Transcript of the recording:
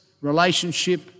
relationship